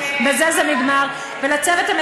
אז תעשי הפרדה.